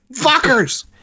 Fuckers